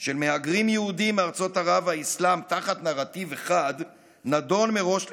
של מהגרים יהודים מארצות ערב והאסלאם תחת נרטיב אחד נדון מראש לכישלון.